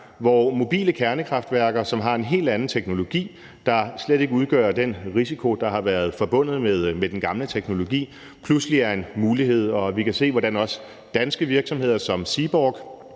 hvor mobile kernekraftværker, som har en helt anden teknologi, der slet ikke udgør den risiko, som har været forbundet med den gamle teknologi, pludselig er en mulighed, og vi kan se, hvordan danske virksomheder som Seaborg